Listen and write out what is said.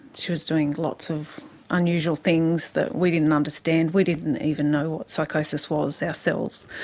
she was doing lots of unusual things that we didn't understand. we didn't even know what psychosis was ourselves.